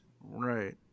Right